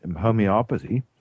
homeopathy